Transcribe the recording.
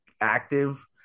active